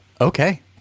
Okay